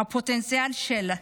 הפוטנציאל שלה